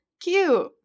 cute